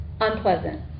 unpleasant